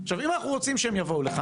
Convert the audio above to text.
עכשיו אם הם רוצים לבוא לכאן,